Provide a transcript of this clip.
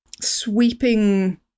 sweeping